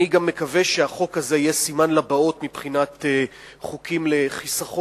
אני גם מקווה שהחוק הזה יהיה סימן לבאות מבחינת חוקים לחיסכון,